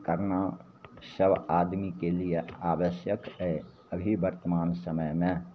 करना सब आदमीके लिये आवश्यक अइ अभी वर्तमान समयमे